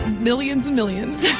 millions and millions.